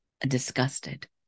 disgusted